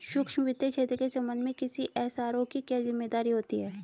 सूक्ष्म वित्त क्षेत्र के संबंध में किसी एस.आर.ओ की क्या जिम्मेदारी होती है?